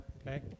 Okay